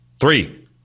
Three